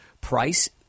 price